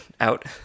out